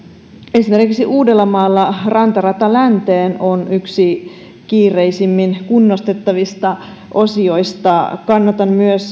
esimerkiksi uudellamaalla rantarata länteen on yksi kiireellisimmin kunnostettavista osioista kannatan myös